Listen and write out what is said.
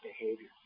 behavior